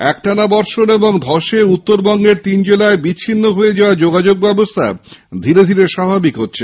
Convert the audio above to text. একটানা বর্ষন ও ধসে উত্তরবঙ্গের তিন জেলায় বিচ্ছিন্ন হয়ে যাওয়া যোগাযোগ ব্যবস্থা ধীরে ধীরে স্বাভাবিক হচ্ছে